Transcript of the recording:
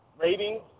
ratings